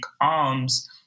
arms